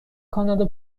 کانادا